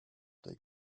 their